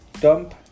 dump